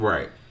Right